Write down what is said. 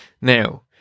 Now